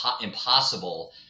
impossible